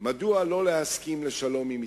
מדוע לא להסכים לשלום עם מצרים.